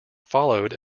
followed